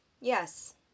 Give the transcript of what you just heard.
Yes